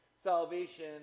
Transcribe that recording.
salvation